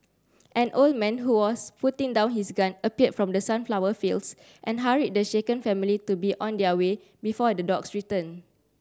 an old man who was putting down his gun appeared from the sunflower fields and hurried the shaken family to be on their way before the dogs return